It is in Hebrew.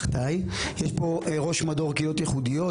יש פה ראש מדור קהילות ייחודיות,